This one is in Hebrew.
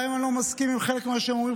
גם אם אני לא מסכים עם חלק ממה שהם אומרים,